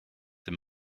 the